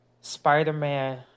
Spider-Man